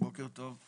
בוקר טוב.